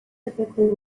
typically